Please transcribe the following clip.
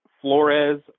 Flores